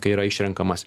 kai yra išrenkamas